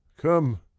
come